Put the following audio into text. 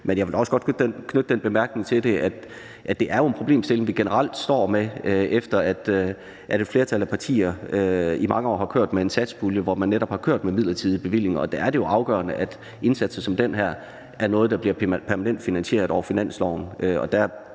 Men jeg vil da også godt knytte den bemærkning til det, at det er en problemstilling, vi generelt står med, efter at et flertal af partier i mange år har kørt med en satspulje, hvor man netop har brugt midlertidige bevillinger, og der er det jo afgørende, at indsatser som den her er noget, der bliver permanent finansieret over finansloven.